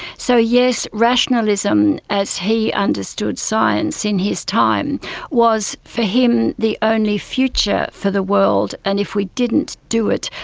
so yes, rationalism as he understood science in his time was for him the only future for the world, and if we didn't do it,